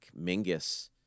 Mingus